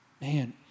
man